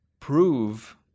prove